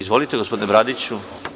Izvolite gospodine Bradiću?